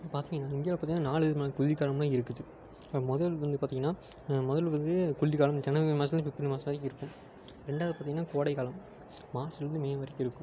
பார்த்தீங்கன்னா இந்தியாவில் பார்த்தீங்கன்னா நாலு விதமான குளிர் காலம்லாம் இருக்குது முதல் வந்து பார்த்தீங்கன்னா முதல் வந்து குளிர் காலம் ஜனவரி மாசத்தில் இருந்து ஃபிப்ரவரி மாசம் வரைக்கும் இருக்கும் ரெண்டாவது பார்த்தீங்கன்னா கோடைக்காலம் மார்ச்சில் இருந்து மே வரைக்கும் இருக்கும்